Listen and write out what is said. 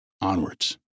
Onwards